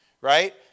right